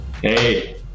Hey